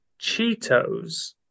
Cheetos